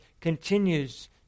continues